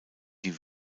die